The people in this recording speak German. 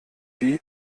wie